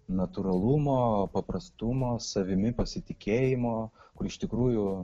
natūralumo paprastumo savimi pasitikėjimo iš tikrųjų